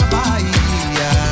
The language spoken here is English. Bahia